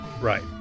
Right